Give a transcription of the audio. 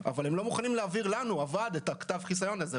אבל הם לא מוכנים להעביר לוועד את כתב החיסיון הזה,